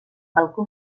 balcó